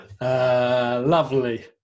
lovely